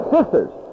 Sisters